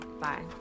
bye